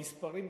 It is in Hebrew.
גם במספרים,